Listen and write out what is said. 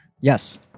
Yes